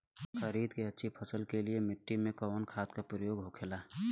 खरीद के अच्छी फसल के लिए मिट्टी में कवन खाद के प्रयोग होखेला?